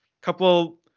couple